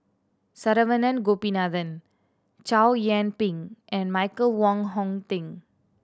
Saravanan Gopinathan Chow Yian Ping and Michael Wong Hong Teng